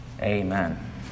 Amen